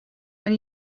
when